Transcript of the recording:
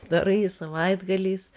darai savaitgaliais